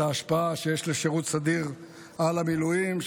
ההשפעה שיש לשירות סדיר על המילואים,